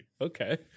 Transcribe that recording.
Okay